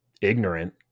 ignorant